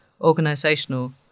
organizational